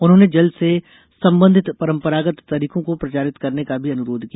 उन्होंने जल से संबंधित परम्परागत तरीकों को प्रचारित करने का भी अनुरोध किया